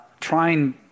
trying